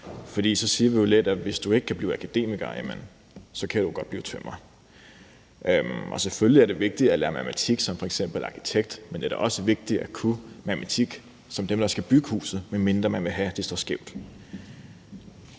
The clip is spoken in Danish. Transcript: for så siger vi jo lidt, at hvis du ikke kan blive akademiker, kan du godt blive tømrer. Selvfølgelig er det vigtigt at kunne matematik som f.eks. arkitekt, men det er da også vigtigt at kunne matematik for dem, der skal bygge huset, medmindre man vil have, det står skævt.